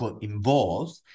involved